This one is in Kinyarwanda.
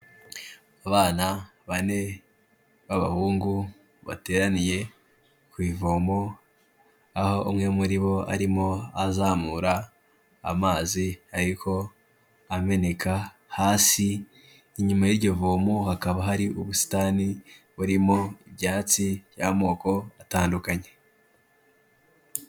Abana bane b'abahungu bateraniye ku ivomo, aho umwe muri bo arimo azamura amazi ariko ameneka hasi. Inyuma y'iryo vomo hakaba hari ubusitani burimo ibyatsi by'amoko atandukanye.